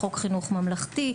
בחוק חינוך ממלכתי.